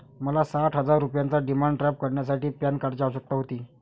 मला साठ हजार रुपयांचा डिमांड ड्राफ्ट करण्यासाठी पॅन कार्डची आवश्यकता होती